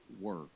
work